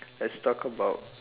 let's talk about